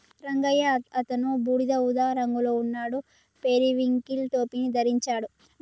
రంగయ్య అతను బూడిద ఊదా రంగులో ఉన్నాడు, పెరివింకిల్ టోపీని ధరించాడు